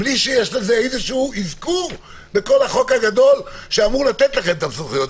בלי שיש לזה איזשהו אזכור בכל החוק הגדול שאמור לתת לכם את הסמכויות,